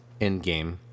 Endgame